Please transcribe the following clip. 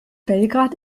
belgrad